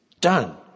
done